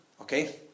Okay